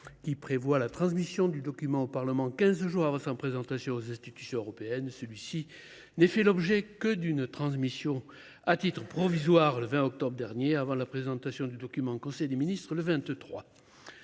qui prévoit la transmission du document au Parlement quinze jours avant sa présentation aux institutions européennes, celui ci n’ait fait l’objet que d’une transmission à titre provisoire le 20 octobre dernier, avant la présentation du document en conseil des ministres le 23